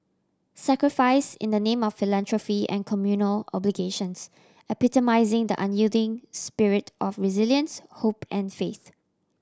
sacrifice in the name of philanthropy and communal obligations epitomising the unyielding spirit of resilience hope and faith